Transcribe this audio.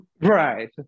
right